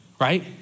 Right